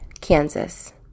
Kansas